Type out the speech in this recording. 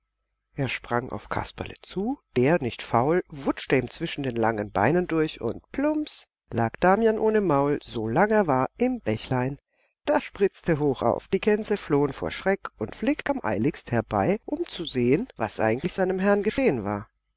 er sprang auf kasperle zu der nicht faul wutschte ihm zwischen den langen beinen durch und plumps lag damian ohne maul so lang er war im bächlein das spritzte hoch auf die gänse flohen vor schreck und flick kam eiligst herbei um zu sehen was eigentlich seinem herrn geschehen war